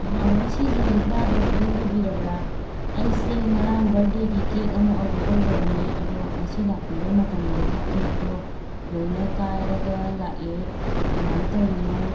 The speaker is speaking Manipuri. ꯍꯥꯂꯣ ꯁꯤꯁꯦ ꯂꯤꯛꯂꯥ ꯕꯦꯀꯔꯤ ꯑꯣꯏꯕꯤꯔꯕ꯭ꯔꯥ ꯑꯩꯁꯦ ꯉꯔꯥꯡ ꯕꯔꯗꯦꯒꯤ ꯀꯦꯛ ꯑꯃ ꯑꯣꯗꯔ ꯇꯧꯖꯕꯅꯦ ꯑꯗꯣ ꯉꯁꯤ ꯂꯥꯛꯄꯤꯕ ꯃꯇꯝꯗꯗꯤ ꯀꯦꯛꯇꯣ ꯂꯣꯏꯅ ꯀꯥꯏꯔꯒ ꯂꯥꯛꯑꯦ ꯀꯃꯥꯏ ꯇꯧꯔꯤꯅꯣ